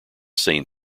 same